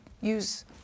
use